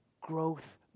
growth